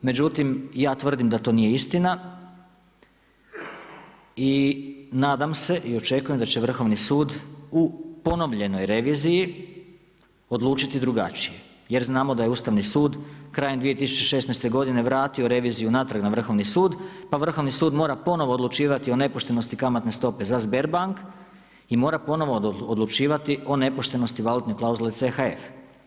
Međutim, ja tvrdim da to nije istina i nadam se i očekujem da će Vrhovni sud u ponovljenoj reviziji odlučiti drugačije jer znamo da je Ustavni sud krajem 2016. godine vratio reviziju natrag na Vrhovni sud, pa Vrhovni sud mora ponovno odlučivati o nepoštenosti kamatne stope za Sberbank i mora ponovno odlučivati o nepoštenosti valutne klauzule CHF.